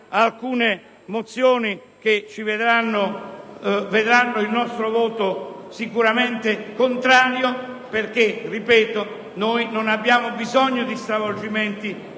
alcune mozioni che vedranno il nostro voto contrario, perché - ripeto - non abbiamo bisogno di stravolgimenti